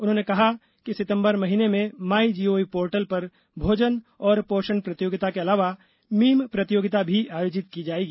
उन्होंने कहा कि सितंबर महीने में माई जीओवी पोर्टल पर भोजन और पोषण प्रतियोगिता के अलावा मीम प्रतियोगिता भी आयोजित की जाएगी